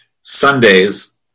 Sundays